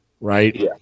right